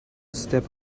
step